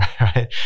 right